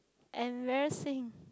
embarrassing